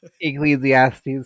Ecclesiastes